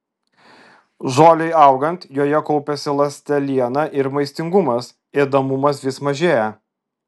žolei augant joje kaupiasi ląsteliena ir maistingumas ėdamumas vis mažėja